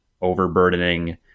overburdening